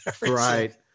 right